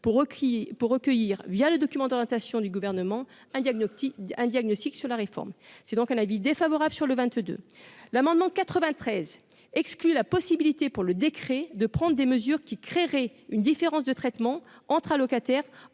pour recueillir via le document d'orientation du gouvernement un diagnostic, un diagnostic sur la réforme, c'est donc un avis défavorable sur le vingt-deux l'amendement 93 exclu la possibilité pour le décret de prendre des mesures qui créerait une différence de traitement entre allocataires